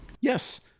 Yes